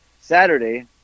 Saturday